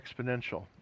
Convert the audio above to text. exponential